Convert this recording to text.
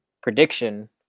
prediction